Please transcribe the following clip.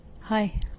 Hi